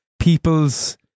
people's